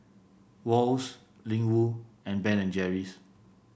Wall's Ling Wu and Ben and Jerry's